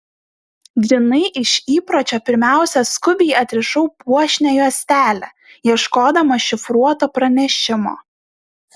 grynai iš įpročio pirmiausia skubiai atrišau puošnią juostelę ieškodama šifruoto pranešimo